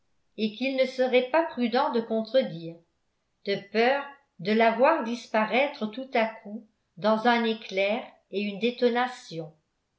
et qu'il ne serait pas prudent de contredire de peur de la voir disparaître tout à coup dans un éclair et une détonation